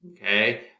okay